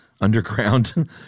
underground